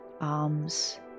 arms